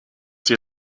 die